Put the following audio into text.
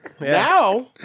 Now